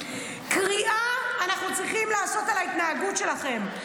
"קריעה אנחנו צריכים לעשות על ההתנהגות שלכם,